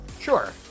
Sure